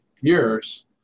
years